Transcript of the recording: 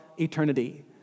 eternity